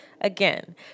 Again